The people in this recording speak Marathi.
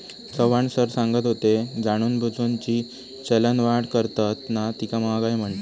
चव्हाण सर सांगत होते, जाणूनबुजून जी चलनवाढ करतत ना तीका महागाई म्हणतत